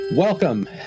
Welcome